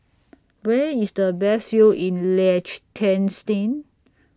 Where IS The Best View in Liechtenstein